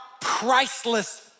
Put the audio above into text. priceless